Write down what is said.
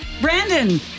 Brandon